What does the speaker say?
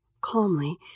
calmly